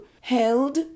held